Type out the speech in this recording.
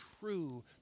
true